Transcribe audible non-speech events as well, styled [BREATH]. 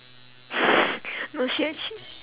[BREATH] no she actually